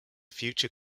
future